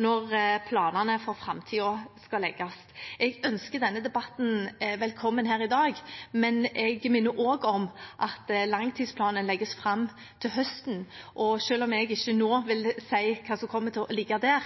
når planene for framtiden skal legges. Jeg ønsker denne debatten velkommen her i dag, men jeg minner også om at langtidsplanen legges fram til høsten, og selv om jeg ikke nå vil si hva som kommer til å ligge der,